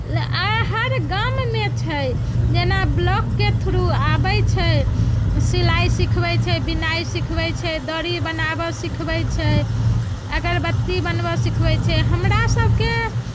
आइ हर गाममे छै जेना ब्लॉकके थ्रू आबैत छै सिलाइ सिखबै छै बिनाइ सिखबै छै दरी बनाबय सिखबैत छै अगरबत्ती बनबय सिखबैत छै हमरासभके